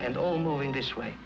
and all moving this way